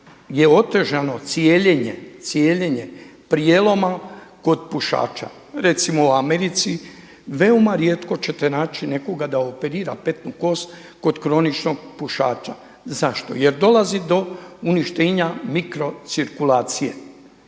je otežano i cijeljenje prijeloma kod pušača. Recimo u Americi, veoma rijetko ćete naći nekoga da operira petnu kost kod kroničnog pušača. Zašto? Jer dolazi do uništenja mikrocirkulacije